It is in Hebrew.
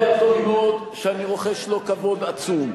ואתה יודע טוב מאוד שאני רוחש לו כבוד עצום.